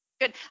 good